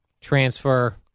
transfer